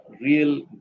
real